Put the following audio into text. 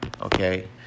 Okay